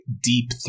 deep